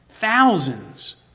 thousands